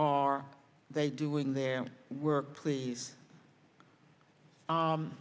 are they doing their work please